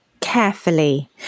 Carefully